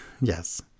Yes